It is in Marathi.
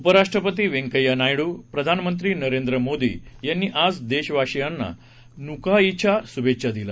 उपराष्ट्रपती वेंकय्या नायडू प्रधानमंत्री नरेंद्र मोदी यांनी आज देशवासियांना नुआखाईच्या शुभेच्छा दिल्या